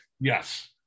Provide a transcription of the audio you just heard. Yes